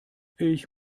ich